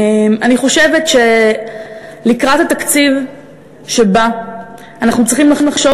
אני חושבת שלקראת התקציב שבא אנחנו צריכים לחשוב